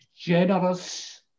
generous